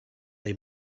they